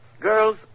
girls